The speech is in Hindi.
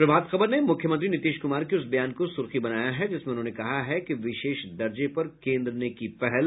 प्रभात खबर ने मुख्यमंत्री नीतीश कुमार के उस बयान को सुर्खी बनाया है जिसमें उन्होंने कहा है कि विशेष दर्जे पर केन्द्र ने की पहल